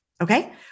Okay